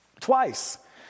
Twice